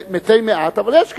מתי מעט, אבל יש כאלה.